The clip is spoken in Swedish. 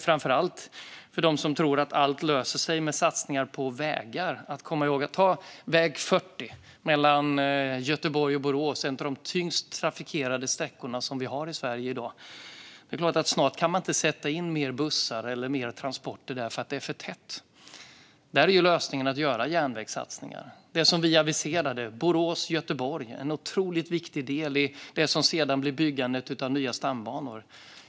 Framför allt för dem som tror att allt löser sig med satsningar på vägar vill jag ta exemplet väg 40 mellan Göteborg och Borås, en av de tyngst trafikerade sträckorna i Sverige i dag. Snart kan man inte sätta in fler bussar eller mer transporter där därför att det är för tätt. Där är lösningen att göra järnvägssatsningar, såsom vi aviserade, Göteborg-Borås. Det är en otroligt viktig del i det som sedan blir byggandet av nya stambanor.